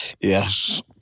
Yes